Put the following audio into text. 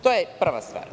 To je prva stvara.